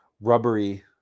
rubbery